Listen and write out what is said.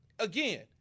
Again